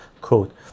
quote